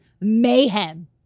mayhem